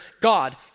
God